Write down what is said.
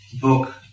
book